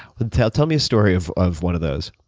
ah tell tell me a story of of one of those.